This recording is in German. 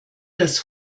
das